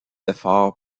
efforts